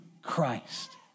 Christ